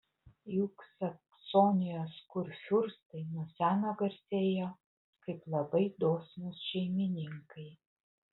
juk saksonijos kurfiurstai nuo seno garsėjo kaip labai dosnūs šeimininkai